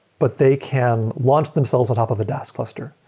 but they can launch themselves on top of a dask cluster.